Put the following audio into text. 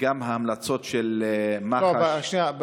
וגם ההמלצות של מח"ש, שנייה.